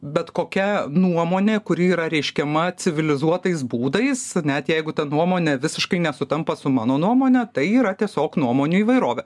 bet kokia nuomonė kuri yra reiškiama civilizuotais būdais net jeigu ta nuomonė visiškai nesutampa su mano nuomone tai yra tiesiog nuomonių įvairovė